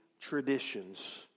traditions